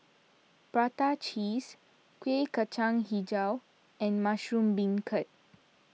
Prata Cheese Kueh Kacang HiJau and Mushroom Beancurd